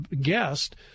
guest